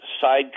side